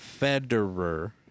Federer